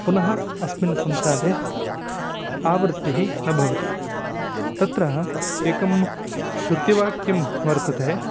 पुनः अस्मिन् संसारे आवृत्तिः न भवति तत्र एकं श्रुतिवाक्यं वर्तते